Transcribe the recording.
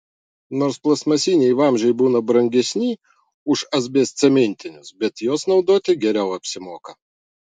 nors plastmasiniai vamzdžiai būna brangesni už asbestcementinius bet juos naudoti geriau apsimoka